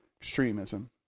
extremism